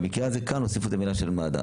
במקרה הזה כאן הוסיפו את המילה מד"א,